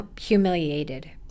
humiliated